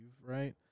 right